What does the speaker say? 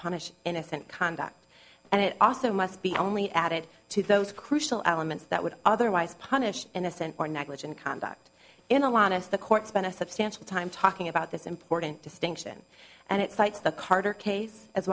punish innocent conduct and it also must be only added to those crucial elements that would otherwise punish innocent or negligent conduct in a lot of the court spend a substantial time talking about this important distinction and it cites the carter case as